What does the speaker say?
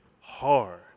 hard